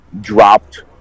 dropped